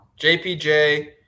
JPJ